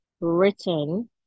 written